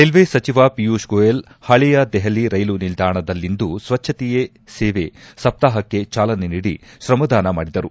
railway ಸಚಿವ ಪಿಯೂಷ್ ಗೋಯಲ್ ಹಳೆಯ ದೆಹಲಿ ರೈಲು ನಿಲ್ದಾಣದಲ್ಲಿಂದು ಸ್ವಚ್ಚತೆಯೇ ಸೇವಾ ಸಪ್ತಾಹಕ್ಕೆ ಚಾಲನೆ ನೀಡಿ ಶ್ರಮದಾನ ಮಾಡಿದರು